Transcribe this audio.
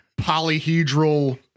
polyhedral